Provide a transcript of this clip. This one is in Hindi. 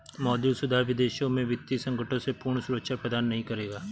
मौद्रिक सुधार विदेशों में वित्तीय संकटों से पूर्ण सुरक्षा प्रदान नहीं करेगा